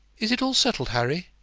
is it all settled, harry?